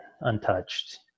untouched